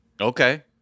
Okay